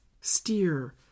steer